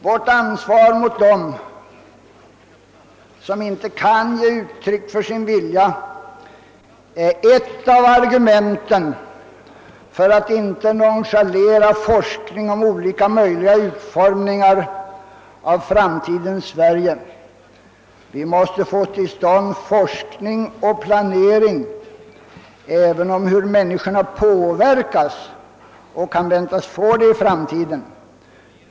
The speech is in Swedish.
Vårt ansvar mot dem som inte kan ge uttryck för sin vilja är ett av argumenten för att inte nonchalera forskning om olika möjliga utformningar av framtidens värld. Vi måste få till stånd forskning och planering också om hur människorna påverkas och kan väntas få det i framtiden.